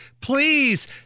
please